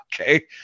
okay